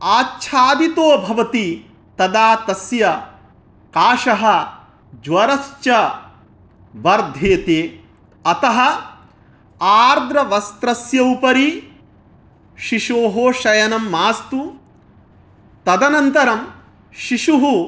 आच्छादितो भवति तदा तस्य कासः ज्वरश्च वर्ध्येते अतः आर्द्रवस्त्रस्य उपरि शिशोः शयनं मास्तु तदनन्तरं शिशुः